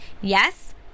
yes